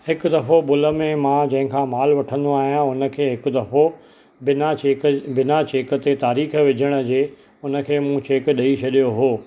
हिकु दफ़ो भुल में मां जंहिंखां माल वठंदो आहियां उन खे हिकु दफ़ो बिना चेक बिना चेक ते तारीख़ विझण जे उन खे मूं चेक ॾेई छॾियो हुओ